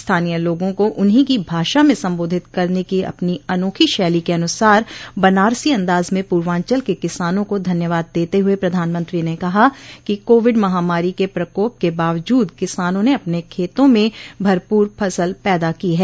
स्थानीय लोगों को उन्हीं की भाषा में संबोधित करने की अपनी अनोखी शैली के अनुसार बनारसी अंदाज में पूर्वांचल के किसानों को धन्यवाद देते हुए प्रधानमंत्री ने कहा कि कोविड महामारी के प्रकोप के बावजूद किसानों ने अपने खेतों में भरपूर फसल पैदा की है